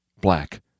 black